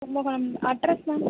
Kumbakonam address ma'am